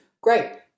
Great